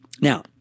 Now